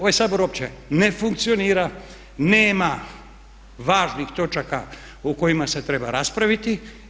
Ovaj Sabor uopće ne funkcionira, nema važnih točaka o kojima se treba raspraviti.